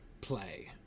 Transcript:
play